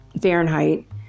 Fahrenheit